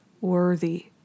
worthy